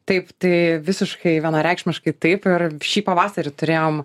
taip tai visiškai vienareikšmiškai taip ir šį pavasarį turėjom